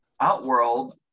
Outworld